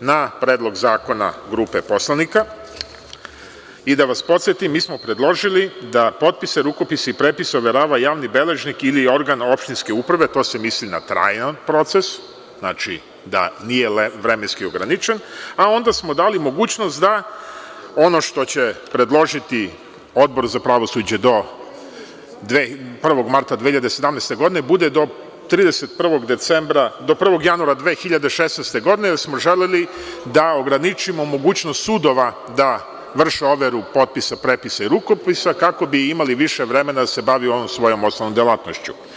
na Predlog zakona grupe poslanika i da vas podsetim, mi smo predložili da potpise, rukopise i prepise overava javni beležnik ili organ opštinske uprave, to se misli na trajan proces, znači da nije vremenski ograničen, a onda smo dali mogućnost da ono, što će predložiti Odbor za pravosuđe do 1. marta 2017. godine, bude do 1. januara 2016. godine, jer smo želeli da ograničimo mogućnost sudova da vrše overu potpisa, prepisa i rukopisa, kako bi imali više vremena da se bavi ovom svojom osnovnom delatnošću.